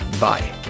Bye